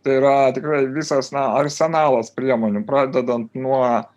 tai yra tikrai visas na arsenalas priemonių pradedant nuo